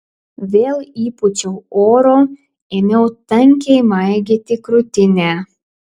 vėl įpūčiau oro ėmiau tankiai maigyti krūtinę